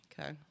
Okay